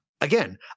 Again